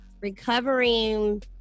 recovering